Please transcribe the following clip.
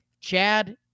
Chad